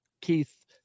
Keith